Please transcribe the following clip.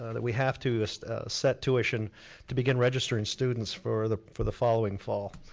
that we have to set tuition to begin registering students for the for the following fall.